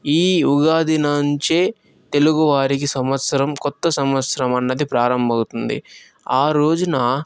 ఈ ఉగాది నుంచే తెలుగువారికి సంవత్సరం కొత్త సంవత్సరం అన్నది ప్రారంభమవుతుంది ఆ రోజున